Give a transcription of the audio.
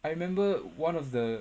I remember one of the